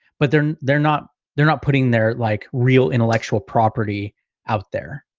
but they're, they're not, they're not putting their like real intellectual property out there.